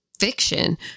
fiction